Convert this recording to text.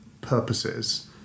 purposes